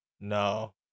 No